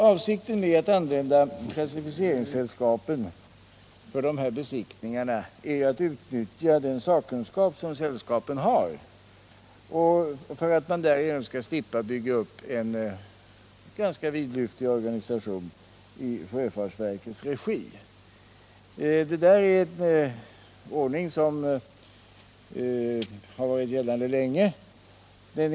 Avsikten med att använda klassificeringssällskapen för besiktningar äratt utnyttja den sakkunskap som de har för att man därmed skall slippa bygga upp en ganska vidlyftig organisation i sjöfartsverkets regi. Det är en ordning som har varit rådande länge.